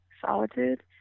solitude